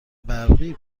برقی